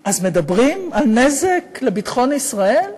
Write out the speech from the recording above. אז מדברים על נזק לביטחון ישראל?